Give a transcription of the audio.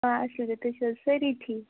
آ اَصٕل پٲٹھۍ تُہۍ چھُو حظ سٲری ٹھیٖک